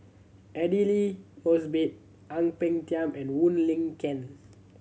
Aidli Mosbit Ang Peng Tiam and Wong Lin Ken